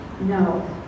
No